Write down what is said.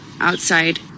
outside